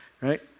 Right